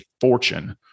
fortune